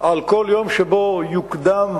בכל יום שבו יוקדם